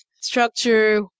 structure